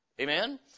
Amen